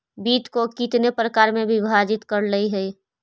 वित्त को कितने प्रकार में विभाजित करलइ हे